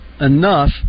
enough